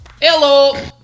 Hello